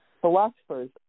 Philosophers